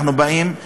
אנחנו באים,